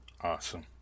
Awesome